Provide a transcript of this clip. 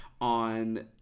on